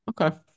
Okay